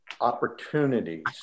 opportunities